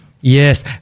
Yes